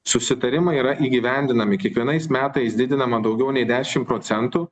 susitarimai yra įgyvendinami kiekvienais metais didinama daugiau nei dešimt procentų